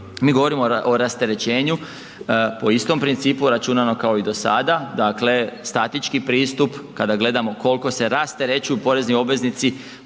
mi govorimo o rasterećenju po istom principu računano kao i do sada, dakle statički pristup kada gledamo koliko se rasterećuju porezni obveznici